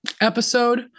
episode